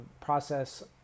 process